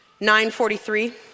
943